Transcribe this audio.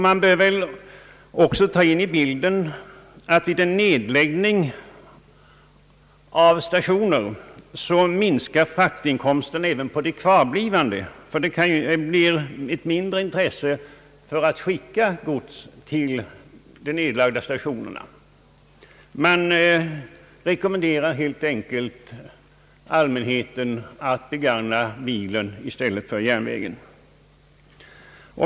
Man bör också ta med i bilden att vid en nedläggning av stationer minskar fraktinkomsterna även på de kvarblivande, därför att intresset blir mindre att skicka gods till de nedlagda stationerna. Man rekommenderar helt enkelt allmänheten att begagna bilen i stället för järnvägen.